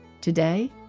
Today